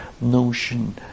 notion